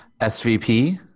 SVP